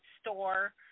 store